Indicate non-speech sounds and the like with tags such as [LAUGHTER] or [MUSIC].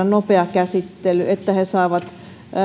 [UNINTELLIGIBLE] nopea käsittely että he saavat